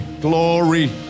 glory